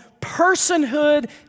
personhood